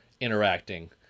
interacting